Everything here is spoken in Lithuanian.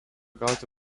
gauti